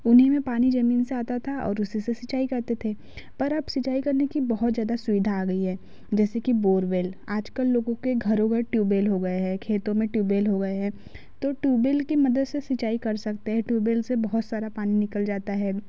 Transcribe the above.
उन्हीं में पानी जमीन से आता था और उसी से सिंचाई करते थे पर अब सिंचाई करने की बहुत ज़्यादा सुविधा आ गई है जैसे कि बोरवेल आजकल लोगों के घरों घर ट्यूबेल हो गए हैं खेतों में ट्यूबेल हो गए हैं तो ट्यूबेल की मदद से सिंचाई कर सकते हैं ट्यूबेल से बहुत सारा पानी निकल जाता है